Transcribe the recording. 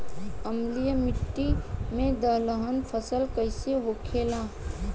अम्लीय मिट्टी मे दलहन फसल कइसन होखेला?